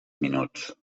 minuts